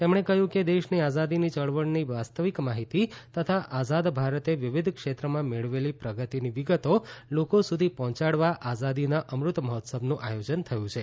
તેમણે કહ્યું કે દેશની આઝાદીની ચળવળની વાસ્તવિક માહિતી તથા આઝાદ ભારતે વિવિધ ક્ષેત્રમાં મેળવેલી પ્રગતિની વિગતો લોકો સુધી પહોચાડવા આઝાદીના અમૃત મહોત્સવનું આયોજન થયું છે